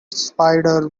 spiders